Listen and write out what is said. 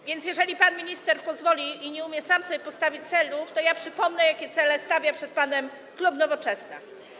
A więc jeżeli pan minister pozwoli i nie umie sam sobie postawić celów, to ja przypomnę, jakie cele stawia przed panem klub Nowoczesna.